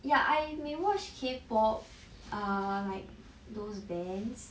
ya I may watch K pop err like those bands